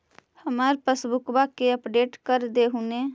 हमार पासबुकवा के अपडेट कर देहु ने?